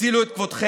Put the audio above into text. תצילו את כבודכם.